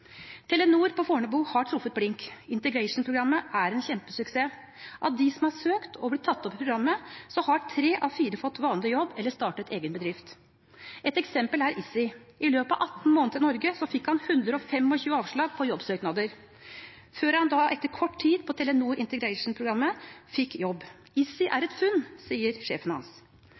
Telenor på Fornebu har truffet blink. Integration-programmet er en kjempesuksess. Av dem som har søkt og blitt tatt opp i programmet, har tre av fire fått vanlig jobb eller startet egen bedrift. Et eksempel er Izzy. I løpet av 18 måneder i Norge fikk han 125 avslag på jobbsøknader, før han etter kort tid på Telenor Integration-programmet fikk jobb. Izzy er et funn, sier sjefen hans.